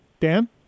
Dan